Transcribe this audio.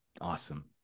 Awesome